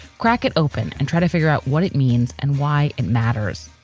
crack it open and try to figure out what it means and why it matters.